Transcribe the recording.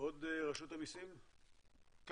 יש לי שאלה.